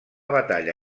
batalla